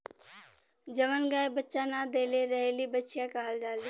जवन गाय बच्चा न देले रहेली बछिया कहल जाली